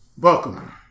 welcome